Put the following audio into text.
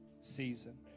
season